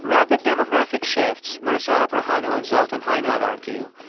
rapid demographic shifts, marisa abrajano and zoltan hajnal argue,